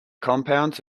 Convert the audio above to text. compounds